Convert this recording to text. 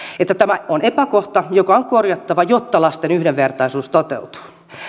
että tämä on epäkohta joka on korjattava jotta lasten yhdenvertaisuus toteutuu